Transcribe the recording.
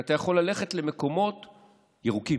שאתה יכול ללכת למקומות ירוקים.